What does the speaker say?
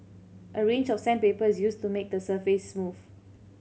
a range of sandpaper is used to make the surface smooth